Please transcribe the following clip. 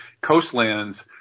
coastlands